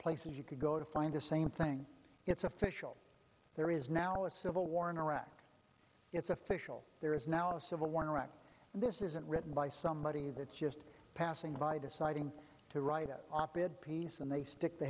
places you can go to find the same thing it's official there is now a civil war in iraq it's official there is now a civil war in iraq and this isn't written by somebody that's just passing by deciding to write an op ed piece and they stick the